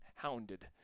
Hounded